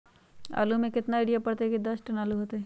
आलु म केतना यूरिया परतई की दस टन आलु होतई?